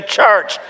church